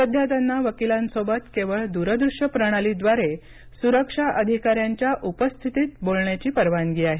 सध्या त्यांना वकीलांसोबत केवळ दूरदृश्य प्रणालीद्वारे सुरक्षा अधिकाऱ्यांच्या उपस्थितीत बोलण्याची परवानगी आहे